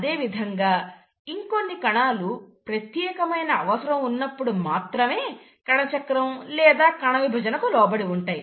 అదేవిధంగా ఇంకొన్ని కణాలు ప్రత్యేకమైన అవసరం ఉన్నప్పుడు మాత్రమే కణచక్రం లేదా కణవిభజనకు లోబడి ఉంటాయి